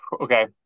okay